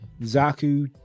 Zaku